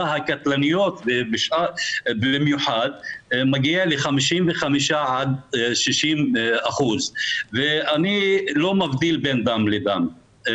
הקטלניות במיוחד מגיע ל-55% עד 60%. אני לא מבדיל בין דם לדם,